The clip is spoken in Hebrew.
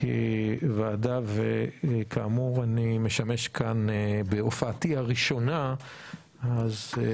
שהוועדה רואה במוסד הערערים